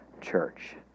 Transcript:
church